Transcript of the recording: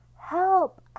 Help